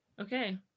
Okay